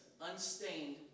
unstained